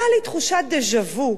היתה לי תחושת דז'ה-וו,